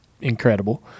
incredible